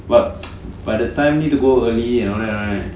but by the time need to go early and all that right